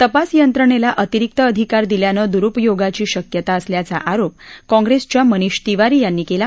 तपास यंत्रणेला अतिरिक्त अधिकार दिल्यानं दुरुपयोगाची शक्यता असल्याचा आरोप काँप्रिसच्या मनीष तिवारी यांनी केला